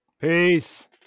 Peace